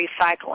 recycling